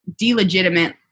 delegitimate